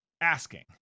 asking